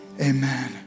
amen